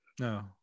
No